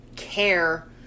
Care